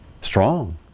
strong